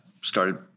started